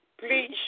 Please